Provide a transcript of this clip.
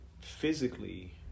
physically